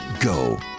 go